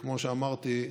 כמו שאמרתי,